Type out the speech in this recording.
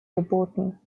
geboten